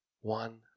One